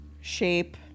shape